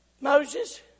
Moses